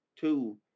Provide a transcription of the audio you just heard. two